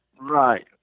Right